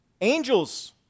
angels